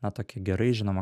na tokia gerai žinoma